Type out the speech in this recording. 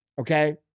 Okay